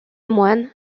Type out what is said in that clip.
moines